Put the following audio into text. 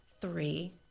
three